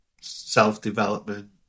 self-development